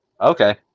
okay